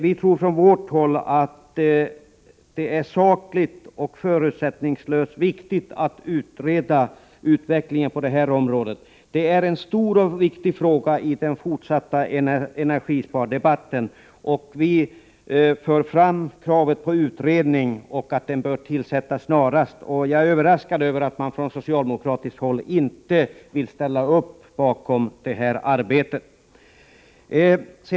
Vi tror från vårt håll att det är sakligt viktigt att förutsättningslöst utreda utvecklingen på det här området. Det är en stor och viktig fråga i den fortsatta energispardebatten, och vi för fram kravet på en utredning och kräver att en sådan skall tillsättas snarast. Jag är överraskad över att man från socialdemokratiskt håll inte vill ställa upp på ett sådant arbete.